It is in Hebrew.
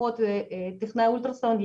אחות וטכנאי אולטרסאונד,